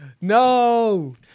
No